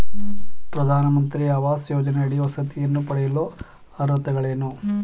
ಪ್ರಧಾನಮಂತ್ರಿ ಆವಾಸ್ ಯೋಜನೆಯಡಿ ವಸತಿಯನ್ನು ಪಡೆಯಲು ಅರ್ಹತೆಗಳೇನು?